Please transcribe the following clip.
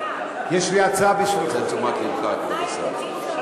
הוא רוצה את תשומת לבך, כבוד השר.